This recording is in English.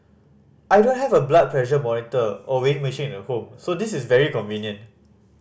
I don't have a blood pressure monitor or weighing machine at home so this is very convenient